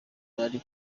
bari